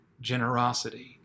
generosity